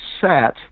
set